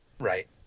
Right